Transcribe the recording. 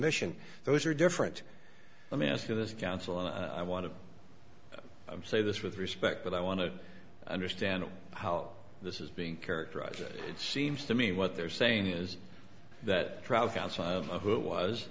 mission those are different let me ask you this counsel i want to say this with respect but i want to understand how this is being characterized it seems to me what they're saying is that trial counsel who it was